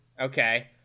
Okay